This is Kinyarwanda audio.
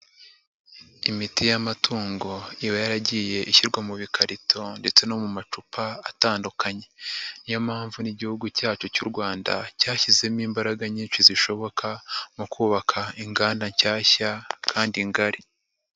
Imiti y'amatungo iba yaragiye ishyirwa mu bikarito ndetse no mu macupa atandukanye, ni yo mpamvu n'Igihugu cyacu cy'u Rwanda cyashyizemo imbaraga nyinshi zishoboka mu kubaka inganda nshyashya kandi ngari.